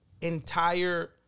entire